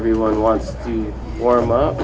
everyone wants you warm up